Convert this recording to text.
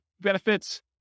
benefits